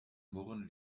murren